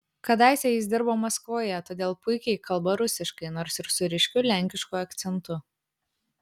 kadaise jis dirbo maskvoje todėl puikiai kalba rusiškai nors ir su ryškiu lenkišku akcentu